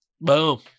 Boom